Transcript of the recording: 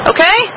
Okay